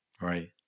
Right